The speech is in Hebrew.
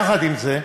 יחד עם זה,